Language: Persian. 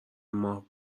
ماه